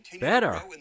Better